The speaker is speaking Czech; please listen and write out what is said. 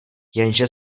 jenže